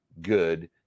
good